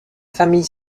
famille